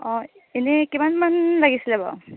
অঁ এনেই কিমানমান লাগিছিলে বাৰু